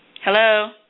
Hello